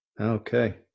Okay